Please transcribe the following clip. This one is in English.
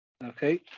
Okay